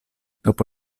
dopo